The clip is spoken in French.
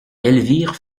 elvire